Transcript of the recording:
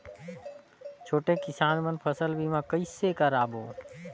छोटे किसान मन फसल बीमा कइसे कराबो?